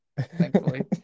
thankfully